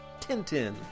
Tintin